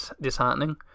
disheartening